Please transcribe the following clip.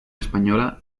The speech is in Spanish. española